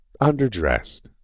underdressed